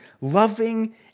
loving